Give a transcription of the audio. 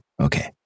okay